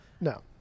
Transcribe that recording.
No